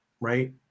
right